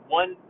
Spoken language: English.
one